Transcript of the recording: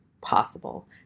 possible